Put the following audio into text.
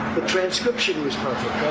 the transcription was perfect.